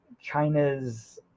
china's